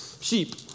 sheep